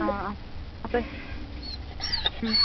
ആ ആ അപ്പം